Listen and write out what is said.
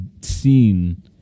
seen